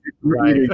Right